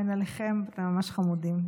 אין עליכם, אתם ממש חמודים.